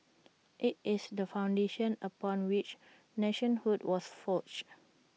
IT is the foundation upon which nationhood was forged